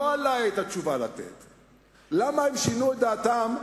לא עלי לתת את התשובה למה הם שינו את דעתם,